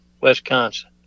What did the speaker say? wisconsin